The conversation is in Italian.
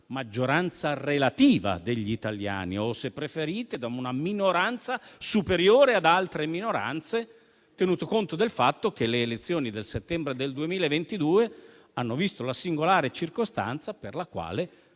maggioranza relativa degli italiani o, se preferite, da una minoranza superiore ad altre minoranze. E ciò avviene tenuto conto del fatto che le elezioni del settembre del 2022 hanno visto la singolare circostanza per la quale